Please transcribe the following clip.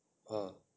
uh